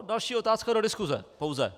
Další otázka do diskuse pouze.